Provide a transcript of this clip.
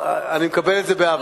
אני מקבל את זה באהבה.